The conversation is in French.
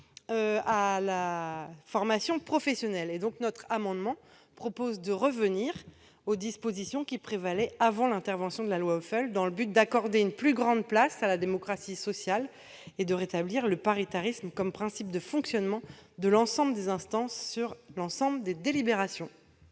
à la formation professionnelle. Cet amendement tend à revenir aux dispositions qui prévalaient avant la loi Hoeffel, afin d'accorder une plus grande place à la démocratie sociale et de rétablir le paritarisme comme principe de fonctionnement de l'ensemble des instances sur l'ensemble des délibérations.